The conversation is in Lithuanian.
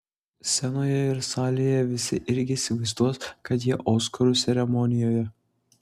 scenoje ir salėje visi irgi įsivaizduos kad jie oskarų ceremonijoje